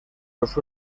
los